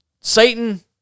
satan